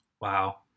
Wow